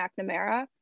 McNamara